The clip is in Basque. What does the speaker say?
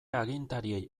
agintariei